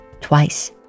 twice